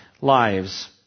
lives